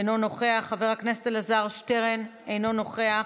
אינו נוכח, חבר הכנסת אלעזר שטרן, אינו נוכח,